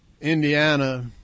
Indiana